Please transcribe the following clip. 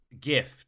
gift